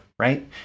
Right